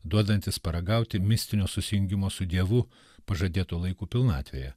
duodantis paragauti mistinio susijungimo su dievu pažadėtų laikų pilnatvėje